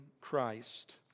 Christ